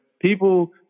people